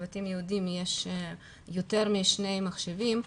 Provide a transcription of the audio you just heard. יש יותר משני מחשבים.